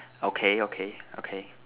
okay okay okay